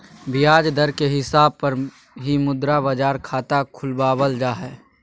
ब्याज दर के हिसाब पर ही मुद्रा बाजार खाता खुलवावल जा हय